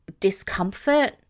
discomfort